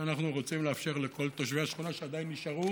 שאנחנו רוצים לאפשר לכל תושבי השכונה שעדיין נשארו